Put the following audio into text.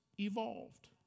evolved